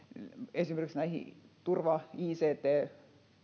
esimerkiksi näihin turva ict